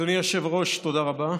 אדוני היושב-ראש, תודה רבה.